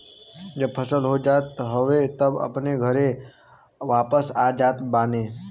जब फसल हो जात हवे तब अपनी घरे वापस आ जात बाने